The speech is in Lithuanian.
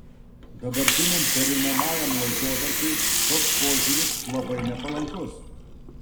dabartiniam pereinamajam laikotarpiui toks požiūris labai nepalankus